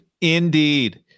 Indeed